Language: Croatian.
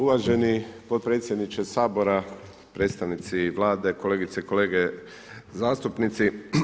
Uvaženi potpredsjedniče Sabora, predstavnici Vlade, kolegice i kolege zastupnici.